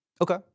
Okay